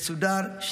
מסודר,